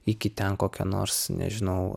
iki ten kokio nors nežinau